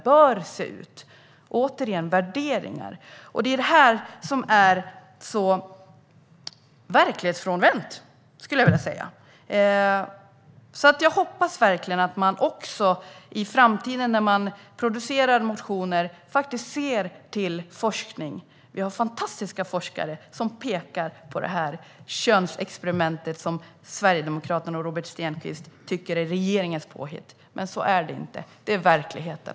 Återigen är det fråga om värderingar. Det är här det blir så verklighetsfrånvänt, skulle jag vilja säga. Jag hoppas verkligen att man i framtiden när man producerar motioner faktiskt ser till forskning. Vi har fantastiska forskare som pekar på det här "könsexperimentet", som Sverigedemokraterna och Robert Stenkvist tycker är regeringens påhitt. Så är det inte. Det är verkligheten.